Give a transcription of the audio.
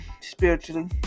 Spiritually